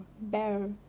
bear